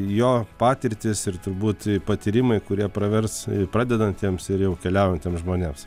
jo patirtis ir turbūt patyrimai kurie pravers pradedantiems ir jau keliaujantiems žmonėms